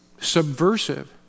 subversive